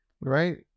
right